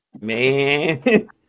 man